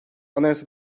anayasa